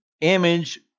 image